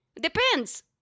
Depends